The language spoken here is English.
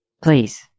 Please